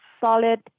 solid